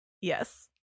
Yes